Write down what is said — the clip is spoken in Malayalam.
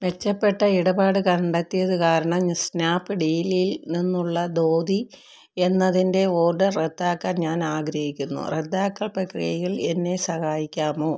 മെച്ചപ്പെട്ട ഇടപാട് കണ്ടെത്തിയത് കാരണം ഞാൻ സ്നാപ് ഡീലിൽ നിന്നുള്ള ധോതി എന്നതിൻ്റെ ഓർഡർ റദ്ദാക്കാൻ ഞാനാഗ്രഹിക്കുന്നു റദ്ദാക്കൽ പ്രക്രിയയിൽ എന്നെ സഹായിക്കാമോ